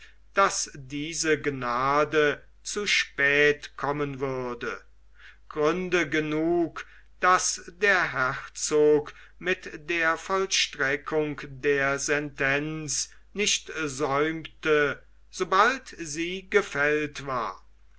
daß diese gnade zu spät kommen würde gründe genug daß der herzog mit der vollstreckung der sentenz nicht säumte sobald sie gefällt war